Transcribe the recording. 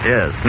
Yes